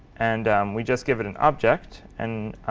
and we just give it an object, and